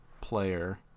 player